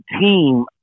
team